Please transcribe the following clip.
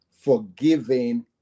forgiving